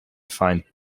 find